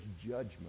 judgment